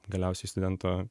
galiausiai studentų